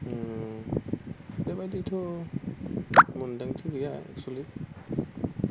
बेबायदिथ' मोन्दांथि गैया एक्सुवेलि